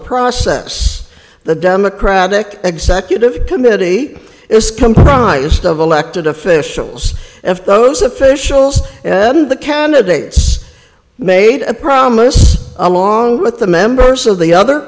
process the democratic executive committee is comprised of elected officials of those officials the candidates made a promise along with the members of the other